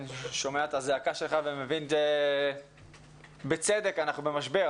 אני שומע את הזעקה שלך ובצדק כי אנחנו במשבר.